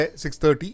6.30